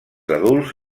adults